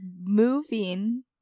moving